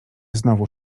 znowu